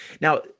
Now